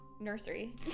nursery